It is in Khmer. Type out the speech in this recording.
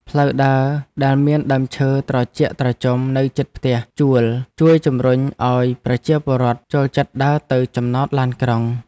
ផ្លូវដើរដែលមានដើមឈើត្រជាក់ត្រជុំនៅជិតផ្ទះជួលជួយជម្រុញឱ្យប្រជាពលរដ្ឋចូលចិត្តដើរទៅចំណតឡានក្រុង។